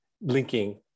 linking